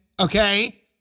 Okay